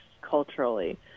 culturally